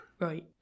Right